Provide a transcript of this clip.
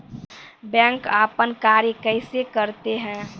Bank अपन कार्य कैसे करते है?